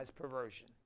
perversion